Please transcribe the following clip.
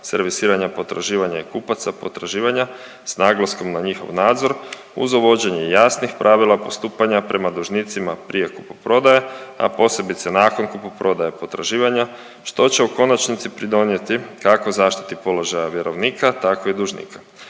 servisiranja potraživanja i kupaca potraživanja s naglaskom na njihov nadzor uz uvođenje jasnih pravila postupanja prema dužnicima prije kupoprodaje, a posebice nakon kupoprodaje potraživanja, što će u konačnici pridonijeti, kako zaštiti položaja vjerovnika tako i dužnika.